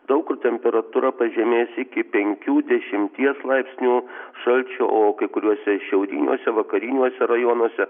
daug kur temperatūra pažemės iki penkių dešimties laipsnių šalčio o kai kuriuose šiauriniuose vakariniuose rajonuose